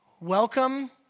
Welcome